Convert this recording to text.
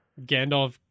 Gandalf